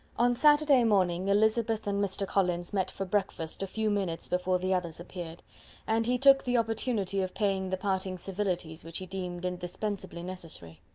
on saturday morning elizabeth and mr. collins met for breakfast a few minutes before the others appeared and he took the opportunity of paying the parting civilities which he deemed indispensably necessary.